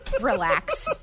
relax